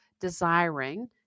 desiring